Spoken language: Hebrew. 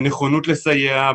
בנכונות לסייע,